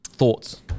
thoughts